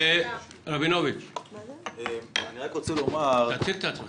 עשיתי תחקיר